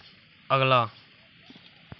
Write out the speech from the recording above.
अगला